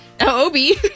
Obi